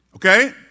Okay